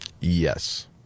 Yes